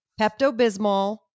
Pepto-Bismol